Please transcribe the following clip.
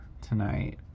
tonight